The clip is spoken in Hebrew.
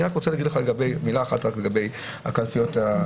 אני רק רוצה להגיד משהו לגבי הקלפיות הנגישות.